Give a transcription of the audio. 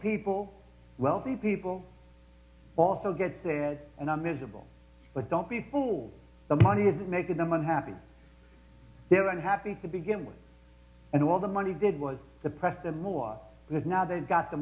people wealthy people also get said and i'm miserable but don't be for the money isn't make them unhappy they are unhappy to begin with and all the money did was the press the more because now they've got the